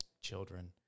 children